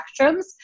spectrums